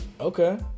okay